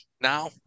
now